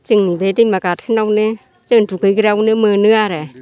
जोंनि बे दैमा गाथोनावनो जों दुगैग्रायावनो मोनो आरो